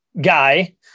guy